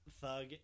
thug